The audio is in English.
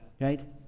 right